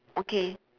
okay